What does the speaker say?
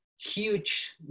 huge